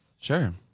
sure